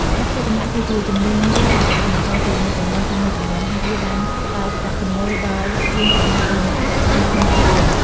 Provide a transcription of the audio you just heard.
ការធ្វើចម្លាក់គឺជាជំនាញមួយដែលបានបន្តពីមួយជំនាន់ទៅមួយជំនាន់ ហើយវាបានផ្តល់ប្រាក់ចំណូលដល់ជាងចម្លាក់ និងអ្នកពាក់ព័ន្ធនៅក្នុងសហគមន៍។